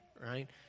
right